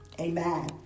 Amen